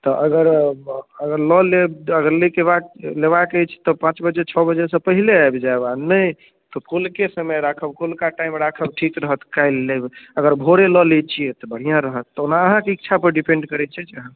तऽ अगर अगर लऽ लेब तऽ अगर लैके बात लेबाक अछि तऽ पाँच बजे छओ बजे सऽ पहिले आबि जायब आ नहि तऽ कौल्हके समय राखब कौल्हका टाइम राखब ठीक रहत काल्हि लेब अगर भोरे लऽ लै छियै तऽ बढ़िआँ रहत ओना आहाँ क इच्छा पर डिपेण्ड करै छै जे अहाँ